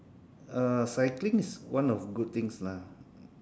uh cycling is one of good things lah